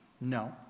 No